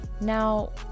Now